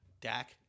Dak